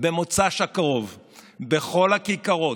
במוצ"ש הקרוב בכל הכיכרות,